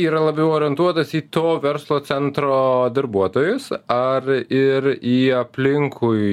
yra labiau orientuotas į to verslo centro darbuotojus ar ir į aplinkui